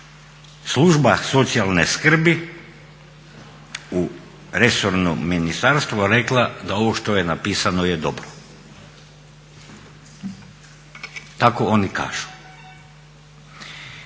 služba socijalne skrbi u resornom ministarstvu rekla da ovo što je napisano je dobro. Tako oni kažu.